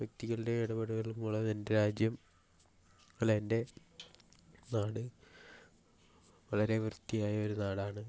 വ്യക്തികളുടെ ഇടപെടലുകൾ മൂലം എൻ്റെ രാജ്യം അല്ല എൻ്റെ നാട് വളരെ വൃത്തിയായൊരു നാടാണ്